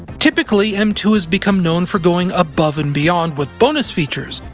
typically, m two has become known for going above and beyond with bonus features,